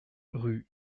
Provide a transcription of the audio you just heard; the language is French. rue